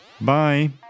Bye